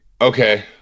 okay